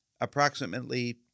approximately